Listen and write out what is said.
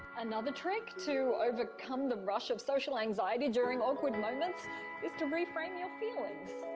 another trick to overcome the rush of social anxiety during awkward moments is to reframe your feelings.